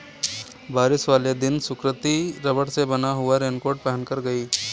बारिश वाले दिन सुकृति रबड़ से बना हुआ रेनकोट पहनकर गई